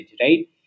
right